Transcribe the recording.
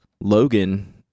Logan